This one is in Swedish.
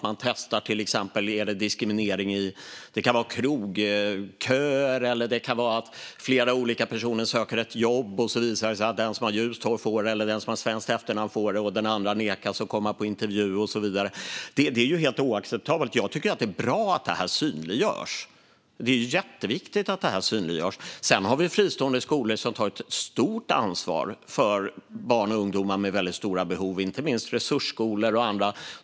Man testar till exempel om det är diskriminering i krogköer eller att flera personer söker ett jobb, och den med ljust hår eller svenskt efternamn får jobbet medan andra nekas att komma på intervju. Det är som sagt oacceptabelt, och därför är det bra och viktigt att detta synliggörs. Det finns fristående skolor som tar ett stort ansvar för barn och ungdomar med stora behov, inte minst resursskolor och andra.